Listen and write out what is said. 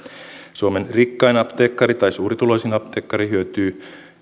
suomen rikkain apteekkari tai suurituloisin apteekkari hyötyy